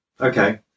Okay